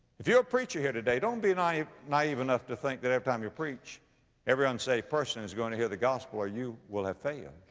if you're a preacher here today, don't be naive, naive enough to think that every time you preach every unsaved person is going to hear the gospel or you will have failed.